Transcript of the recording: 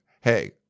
hey